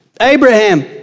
Abraham